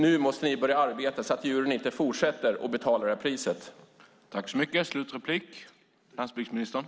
Nu måste ni börja arbeta för att se till att djuren inte ska fortsätta att betala priset.